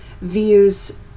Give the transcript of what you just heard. views